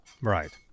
Right